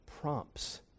prompts